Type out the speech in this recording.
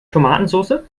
tomatensoße